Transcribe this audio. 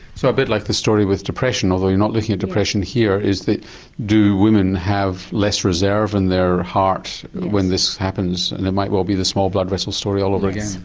so a bit like the story with depression, although you're not looking at depression here is that do women have less reserve in their heart when this happens and it might well be the small blood vessel story over again.